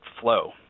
flow